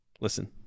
Listen